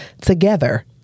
together